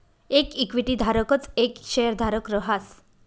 येक इक्विटी धारकच येक शेयरधारक रहास